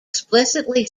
explicitly